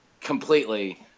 completely